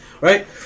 Right